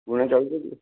ପୁରୁଣା ଚାଉଳଟା ଟିକେ